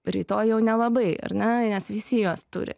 rytoj jau nelabai ar ne nes visi juos turi